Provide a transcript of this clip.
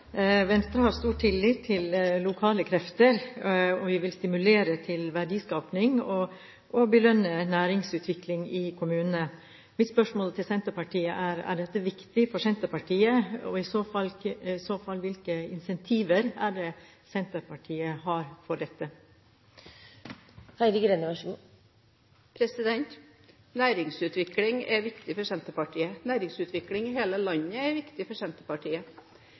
Venstre har stor tillit til lokale krefter, og vi vil stimulere til verdiskaping og belønne næringsutvikling i kommunene. Mitt spørsmål til Senterpartiet er: Er dette viktig for Senterpartiet, og i så fall hvilke incentiver er det Senterpartiet har for dette? Næringsutvikling er viktig for Senterpartiet. Næringsutvikling i hele landet er viktig for Senterpartiet.